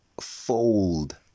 fold